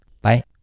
Bye